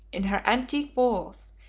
in her antique walls,